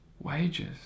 wages